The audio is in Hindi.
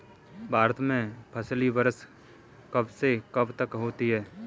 भारत में फसली वर्ष कब से कब तक होता है?